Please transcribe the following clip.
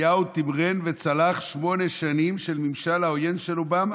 "נתניהו תמרן וצלח שמונה שנים של הממשל העוין של אובמה"